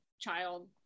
child